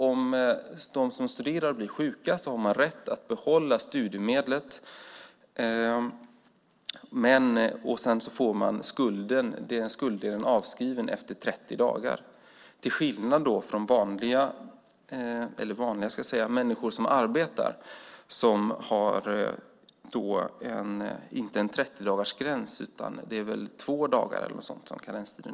Om man studerar och blir sjuk har man rätt att behålla studiemedlet och få den skulddelen avskriven efter 30 dagar, till skillnad från människor som arbetar som inte har en 30-dagarsgräns utan två dagars karenstid.